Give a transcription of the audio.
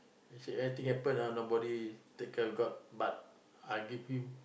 you see anything happen ah nobody take care of got but I give him